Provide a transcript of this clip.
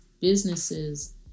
businesses